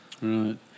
Right